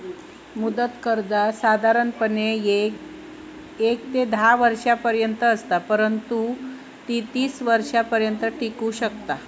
मुदत कर्जा साधारणपणे येक ते धा वर्षांपर्यंत असत, परंतु ती तीस वर्षांपर्यंत टिकू शकतत